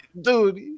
dude